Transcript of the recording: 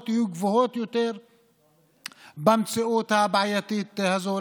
יהיו גבוהות יותר במציאות הבעייתית הזאת.